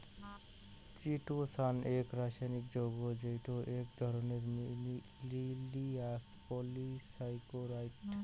chitosan এক রাসায়নিক যৌগ্য যেইটো এক ধরণের লিনিয়ার পলিসাকারাইড